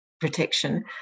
protection